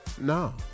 No